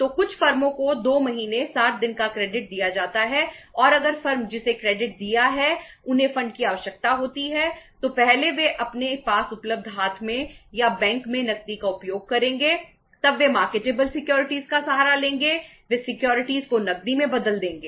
तो कुछ फर्मों को 2 महीने 60 दिन का क्रेडिट को नकदी में बदल देंगे